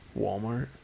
Walmart